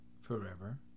forever